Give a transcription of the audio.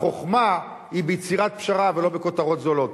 שהחוכמה היא ביצירת פשרה ולא בכותרות זולות.